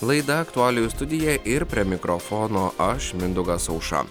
laida aktualijų studija ir prie mikrofono aš mindaugas aušra